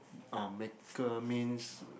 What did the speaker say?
um maker means